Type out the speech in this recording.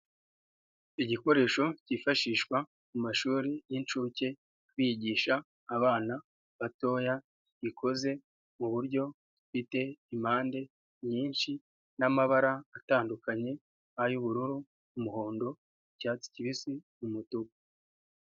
Igikoresho cyifashishwa mu mashuri y'incuke bigisha abana batoya gikoze mu buryo gifite impande nyinshi n'amabara atandukanye ay'ubururu, umuhondo icyatsi kibisi, umutuku, ...